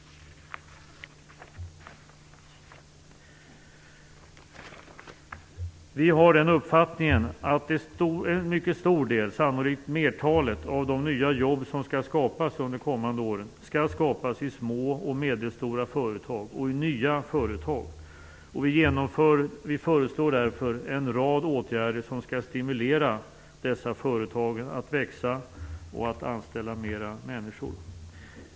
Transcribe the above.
Vi har den uppfattningen att en mycket stor del, sannolikt flertalet, av de nya jobb som skall skapas under de kommande åren skall skapas i små och medelstora företag och i nya företag. Vi föreslår därför en rad åtgärder som skall stimulera dessa företag att växa och att anställa fler människor.